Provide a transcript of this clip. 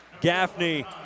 Gaffney